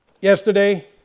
yesterday